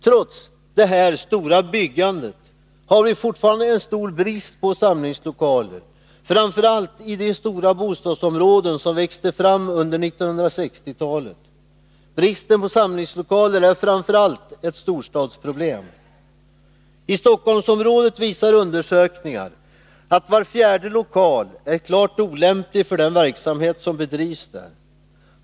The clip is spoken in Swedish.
Trots det omfattande byggandet har vi fortfarande en stor brist på samlingslokaler, särskilt i de stora bostadsområden som växte fram under 1960-talet. Bristen på samlingslokaler är framför allt ett storstadsproblem. Undersökningar visar att var fjärde lokal i Stockholmsområdet är helt olämplig för den verksamhet som bedrivs där.